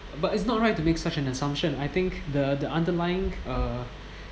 but it's not right to make such an assumption I think the the underlying uh